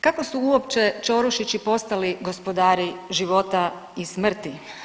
Kako su uopće Čorušići postali gospodari života i smrti?